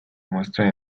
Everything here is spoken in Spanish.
muestran